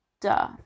Duh